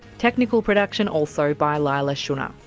technical production also by leila shunnar,